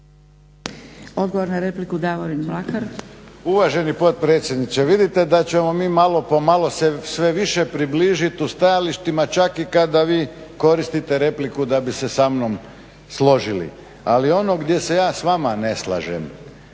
Mlakar. **Mlakar, Davorin (HDZ)** Uvaženi potpredsjedniče, vidite da ćemo mi malo po malo se sve više približit u stajalištima čak i kada vi koristite repliku da bi se sa mnom složili. Ali ono gdje se ja sa vama ne slažem